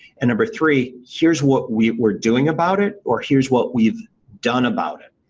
and number three, here's what we were doing about it or here's what we've done about it.